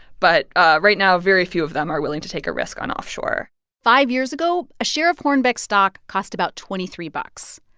but ah right now, very few of them are willing to take a risk on offshore five years ago, a share of hornbeck stock cost about twenty three bucks.